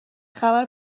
خبر